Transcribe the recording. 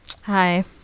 Hi